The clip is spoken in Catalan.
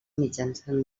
mitjançant